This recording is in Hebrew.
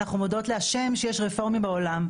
אנחנו מודות להשם שיש רפורמים בעולם,